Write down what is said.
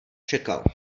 čekal